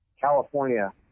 california